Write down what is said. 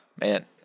Man